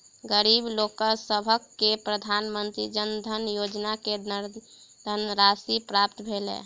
गरीब लोकसभ के प्रधानमंत्री जन धन योजना के धनराशि प्राप्त भेल